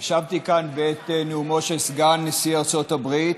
ישבתי כאן בעת נאומו של סגן נשיא ארצות הברית